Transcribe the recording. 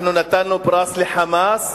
נתנו פרס ל"חמאס"